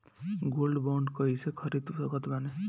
Gold bond कईसे खरीद सकत बानी?